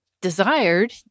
desired